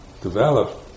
develop